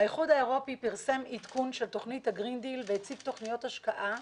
האיחוד האירופי פרסם עדכון של תוכנית ה-גרין דיל והציף תוכניות השקעה